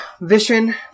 vision